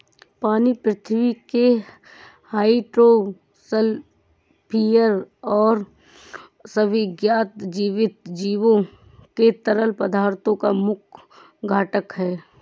पानी पृथ्वी के हाइड्रोस्फीयर और सभी ज्ञात जीवित जीवों के तरल पदार्थों का मुख्य घटक है